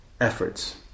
efforts